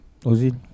Ozil